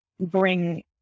bring